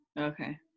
Okay